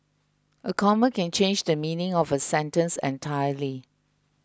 a comma can change the meaning of a sentence entirely